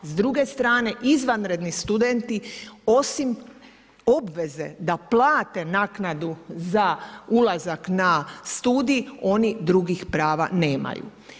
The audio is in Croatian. S druge strane izvanredni studenti osim obveze da plate naknadu za ulazak na studij, oni drugih prava nemaju.